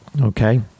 Okay